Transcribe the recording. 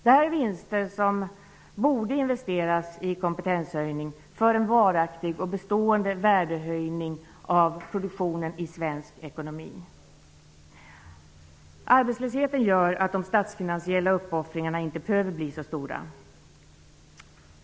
Dessa vinster borde investeras i kompetenshöjning för en varaktig och bestående värdehöjning av produktionen i svensk ekonomi. Arbetslösheten gör att de statsfinansiella uppoffringarna inte behöver bli så stora.